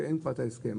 כשאין כבר את ההסכם,